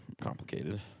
complicated